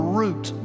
root